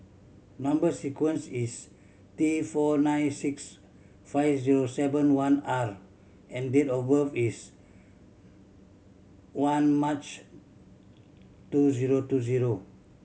number sequence is T four nine six five zero seven one R and date of birth is one March two zero two zero